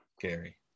Gary